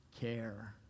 care